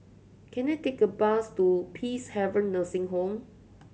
can I take a bus to Peacehaven Nursing Home